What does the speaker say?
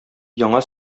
яңа